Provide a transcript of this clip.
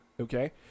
okay